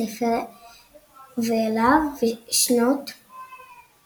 בספר ואלה שנות ...,